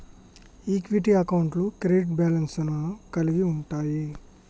equity అకౌంట్లు credit balance లను కలిగి ఉంటయ్